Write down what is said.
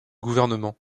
gouvernement